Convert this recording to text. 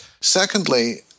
Secondly